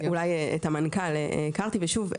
את המנכ"ל אני אולי הכרתי ושוב,